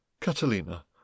Catalina